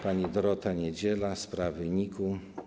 Pani Dorota Niedziela - sprawy NIK-u.